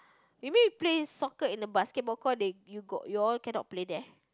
maybe play soccer in the basketball court they you got you all cannot play there